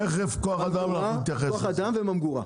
תכף נתייחס לכוח אדם.